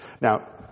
Now